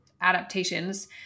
adaptations